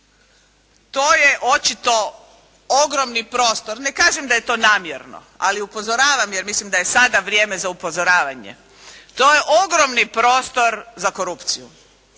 To je očito ogromni prostor. Ne kažem da je to namjerno, ali upozoravam jer mislim da je sada vrijeme za upozoravanje. To je ogromni prostor za korupciju.